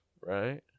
right